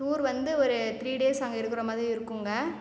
tour வந்து ஒரு three days அங்கே இருக்கிற மாதிரி இருக்குதுங்க